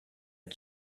are